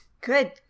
Good